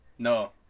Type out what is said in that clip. No